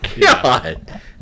God